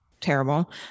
terrible